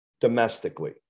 domestically